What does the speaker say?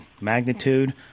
magnitude